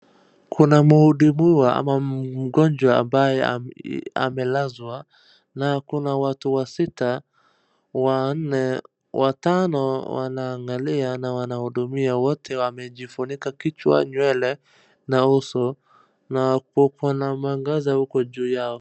Kuna muhudumu ama mgonjwa ambaye amelazwa na kuna watu wasita, wanne watano wanaangalia na wanahudumia wote wamejifunika kichwa, nywele na uso na huko kuna mwangaza huko juu yao.